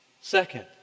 Second